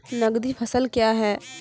नगदी फसल क्या हैं?